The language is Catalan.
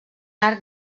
arc